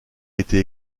était